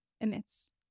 emits